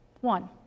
One